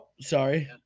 sorry